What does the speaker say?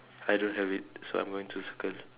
I don't have it so I'm going to circle